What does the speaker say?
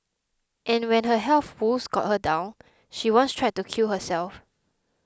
and when her health woes got her down she once tried to kill herself